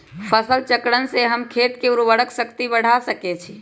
फसल चक्रण से हम खेत के उर्वरक शक्ति बढ़ा सकैछि?